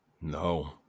No